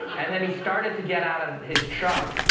and then he started to get out of his truck,